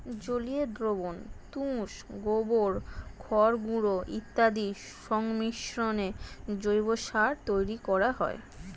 জলীয় দ্রবণ, তুষ, গোবর, খড়গুঁড়ো ইত্যাদির সংমিশ্রণে জৈব সার তৈরি করা হয়